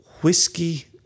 whiskey